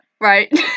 right